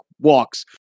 walks